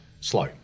slow